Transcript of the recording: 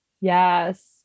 yes